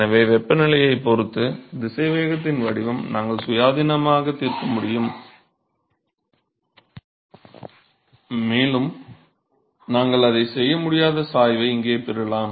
எனவே வெப்பநிலையைப் பொறுத்து திசைவேகத்தின் வடிவம் நாங்கள் சுயாதீனமாக தீர்க்க முடியும் மேலும் நாங்கள் அதைச் செய்ய முடியாத சாய்வை இங்கே பெறலாம்